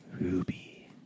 Ruby